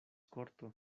corto